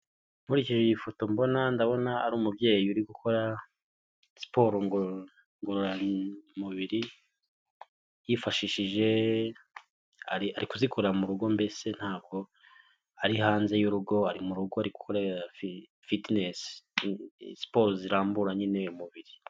Nkurikije iyi foto mbona ndabona ari umubyeyi uri gukora siporo ngororamubiri, ari kuzikora mu rugo mbese ntabwo ari hanze y'urugo ari mu rugo ari gukora fitinesi, siporo zirambura nyine umubiri.